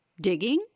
digging